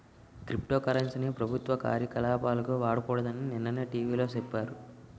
crypto currency ని ప్రభుత్వ కార్యకలాపాలకు వాడకూడదని నిన్ననే టీ.వి లో సెప్పారు